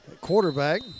Quarterback